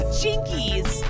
jinkies